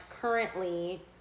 currently